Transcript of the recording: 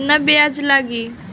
केतना ब्याज लागी?